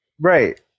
Right